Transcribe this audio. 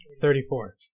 Thirty-four